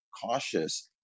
cautious